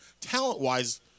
talent-wise